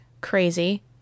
crazy